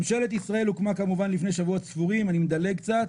ממשלת ישראל הוקמה כמובן לפני שבועות ספורים אני מדלג קצת